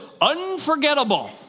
unforgettable